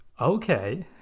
Okay